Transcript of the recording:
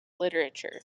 literature